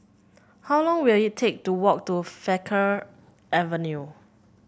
how long will it take to walk to Frankel Avenue